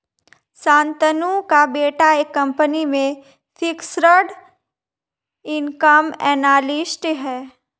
शांतनु का बेटा एक कंपनी में फिक्स्ड इनकम एनालिस्ट है